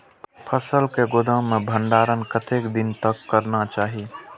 फसल के गोदाम में भंडारण कतेक दिन तक करना चाही?